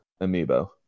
Amiibo